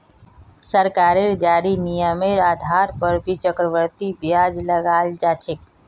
सरकारेर जारी नियमेर आधार पर ही चक्रवृद्धि ब्याज लगाल जा छे